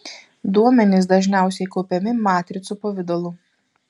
duomenys dažniausiai kaupiami matricų pavidalu